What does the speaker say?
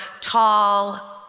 tall